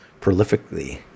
prolifically